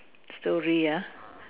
slowly ah